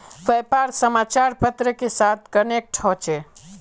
व्यापार समाचार पत्र के साथ कनेक्ट होचे?